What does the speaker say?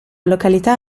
località